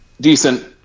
Decent